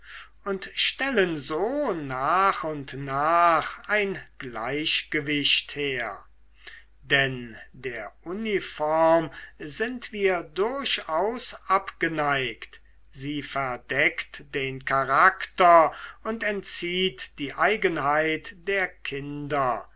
und stellen so nach und nach ein gleichgewicht her denn der uniform sind wir durchaus abgeneigt sie verdeckt den charakter und entzieht die eigenheiten der kinder